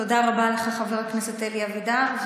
תודה רבה לך, חבר הכנסת אלי אבידר.